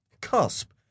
cusp